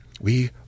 We